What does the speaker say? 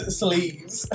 sleeves